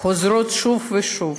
חוזרים שוב ושוב.